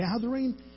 gathering